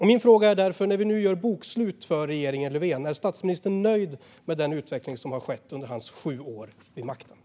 Min fråga är därför: När vi nu gör bokslut för regeringen Löfven, är statsministern nöjd med den utveckling som har skett under hans sju år vid makten?